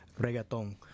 reggaeton